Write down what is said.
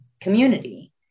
community